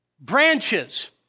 Branches